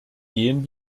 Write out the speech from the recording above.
gehen